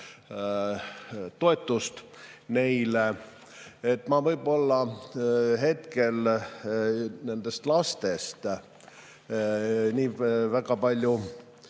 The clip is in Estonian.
toetust neile. Ma võib-olla hetkel nendest lastest väga palju